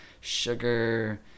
sugar